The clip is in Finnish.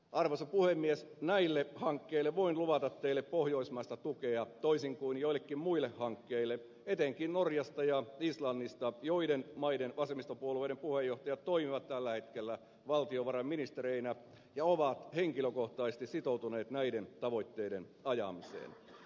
arvoisa pääministeri näille hankkeille voin luvata teille pohjoismaista tukea toisin kuin jollekin muille hankkeille etenkin norjasta ja islannista joiden maiden vasemmistopuolueiden puheenjohtajat toimivat tällä hetkellä valtionvarainministereinä ja ovat henkilökohtaisesti sitoutuneet näiden tavoitteiden ajamiseen